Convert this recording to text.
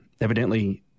evidently